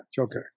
Okay